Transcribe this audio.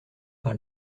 par